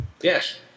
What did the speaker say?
Yes